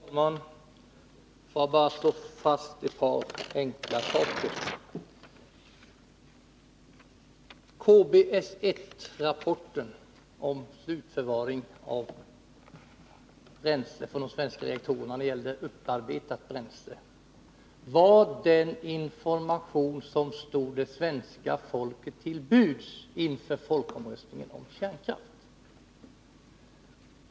Herr talman! Får jag bara slå fast ett par enkla saker. KBS 1-rapporten om slutförvaring av upparbetat bränsle från de svenska reaktorerna var den information som stod det svenska folket till buds inför folkomröstningen om kärnkraft.